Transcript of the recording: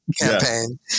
campaign